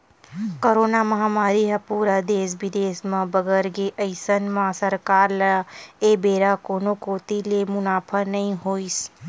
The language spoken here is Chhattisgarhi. करोना महामारी ह पूरा देस बिदेस म बगर गे अइसन म सरकार ल ए बेरा कोनो कोती ले मुनाफा नइ होइस